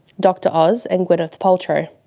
dr oz, and gwyneth paltrow.